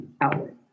outlet